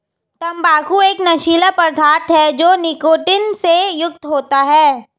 तंबाकू एक नशीला पदार्थ है जो निकोटीन से युक्त होता है